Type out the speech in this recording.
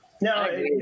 No